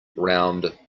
round